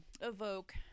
evoke